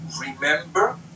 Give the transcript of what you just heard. remember